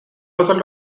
result